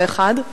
זה דבר אחד.